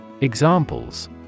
Examples